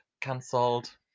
Cancelled